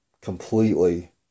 completely